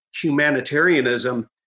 humanitarianism